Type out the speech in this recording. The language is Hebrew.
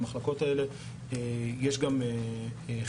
למחלקות האלה יש גם חסרונות.